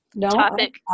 topic